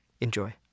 Enjoy